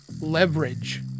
Leverage